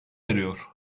eriyor